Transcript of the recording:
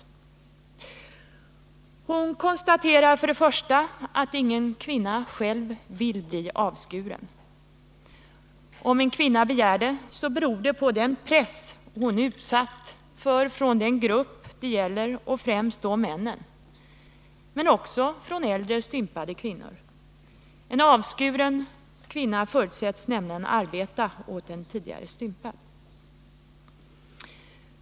omskärelse av Hon konstaterar för det första att ingen kvinna själv vill bli avskuren. Om — kvinnor, m.m. en kvinna begär att bli det, beror det på den press hon är utsatt för från den grupp det gäller, främst då från männen men också från äldre stympade kvinnor. En avskuren kvinna förutsätts nämligen arbeta åt en tidigare stympad.